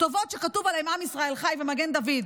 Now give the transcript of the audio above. כתובות שכתוב עליהן "עם ישראל חי" ומגן דוד,